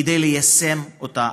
כדי ליישם אותה.